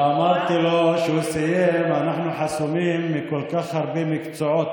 ואמרתי לו כשהוא סיים: אנחנו חסומים בכל כך הרבה מקצועות,